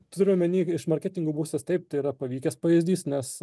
turiu omeny iš marketingo pusės taip tai yra pavykęs pavyzdys nes